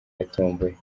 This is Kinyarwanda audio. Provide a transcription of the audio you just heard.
yatomboye